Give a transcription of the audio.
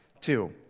Two